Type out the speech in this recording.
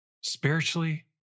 Spiritually